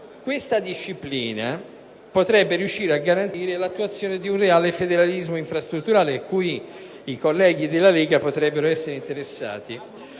Questa disciplina potrebbe riuscire, da un lato, a garantire l'attuazione di un reale federalismo infrastrutturale - a cui i colleghi della Lega potrebbero essere interessati